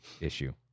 issue